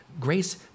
Grace